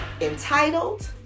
entitled